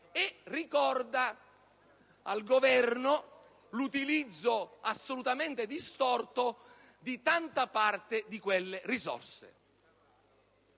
e rammenta al Governo l'utilizzo assolutamente distorto che di tanta parte di quelle risorse